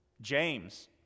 James